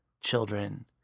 children